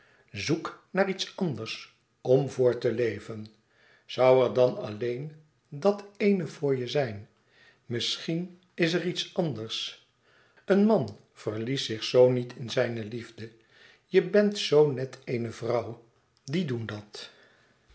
zoek naar iets anders om voor te leven zoû er dan alleen dàt eene voor je zijn misschien is er iets anders een man verliest zich zoo niet in zijne liefde je bent zoo net eene vrouw die doen dat